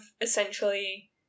essentially